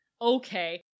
okay